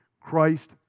Christ